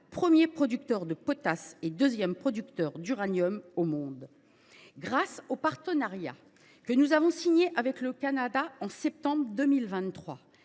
premier producteur de potasse et deuxième producteur d’uranium au monde. Grâce au partenariat que nous avons signé avec le Canada en septembre 2023,